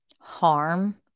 harm